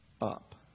up